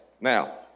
Now